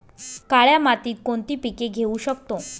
काळ्या मातीत कोणती पिके घेऊ शकतो?